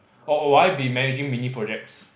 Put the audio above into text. or or will I managing mini projects